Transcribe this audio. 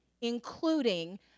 including